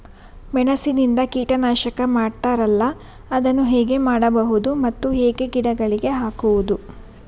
ಮೆಣಸಿನಿಂದ ಕೀಟನಾಶಕ ಮಾಡ್ತಾರಲ್ಲ, ಅದನ್ನು ಹೇಗೆ ಮಾಡಬಹುದು ಮತ್ತೆ ಹೇಗೆ ಗಿಡಗಳಿಗೆ ಹಾಕುವುದು?